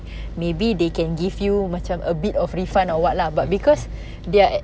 maybe they can give you macam a bit of refund or what lah but because they are